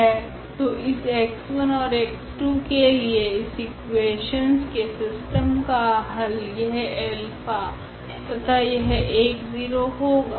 तो इस x1 ओर x2 के लिए इस इकुवेशनस के सिस्टम का हल यह अल्फा तथा यह 10 होगा